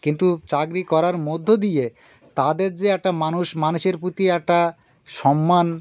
কিন্তু চাকরি করার মধ্য দিয়ে তাদের যে একটা মানুষ মানুষের প্রতি একটা সম্মান